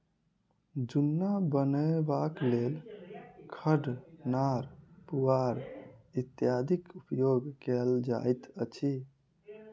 जुन्ना बनयबाक लेल खढ़, नार, पुआर इत्यादिक उपयोग कयल जाइत अछि